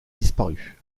disparu